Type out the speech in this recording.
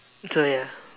so ya